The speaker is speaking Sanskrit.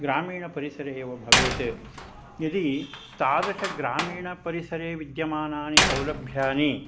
ग्रामीणपरिसरे एव भवेत् यदि तादृशग्रामीणपरिसरे विद्यमानानि सौलभ्यानि